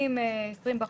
בפנים 20 בחוץ.